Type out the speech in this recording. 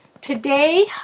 Today